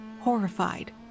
horrified